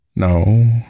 No